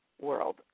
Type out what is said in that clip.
world